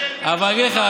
אבל אני אגיד לך,